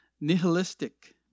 nihilistic